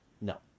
No